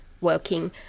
working